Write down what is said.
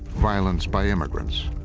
violence by immigrants,